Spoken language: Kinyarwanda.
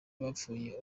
bapfuye